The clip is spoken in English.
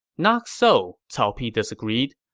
not so, cao pi disagreed.